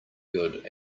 good